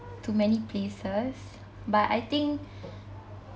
to many places but I think